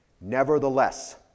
Nevertheless